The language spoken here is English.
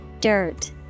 Dirt